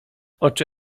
oczy